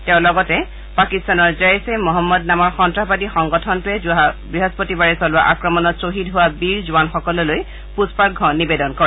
তেওঁ লগতে পাকিস্তানৰ জইচ এ মহম্মদ নামৰ সন্ত্ৰাসবাদী সংগঠনটোৱে যোৱা বৃহস্পতিবাৰে চলোৱা আক্ৰমণত ছহিদ হোৱা বীৰ জোৱানসকললৈ পুষ্পাৰ্ঘ্য নিৱেদন কৰে